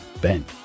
Ben